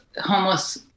homeless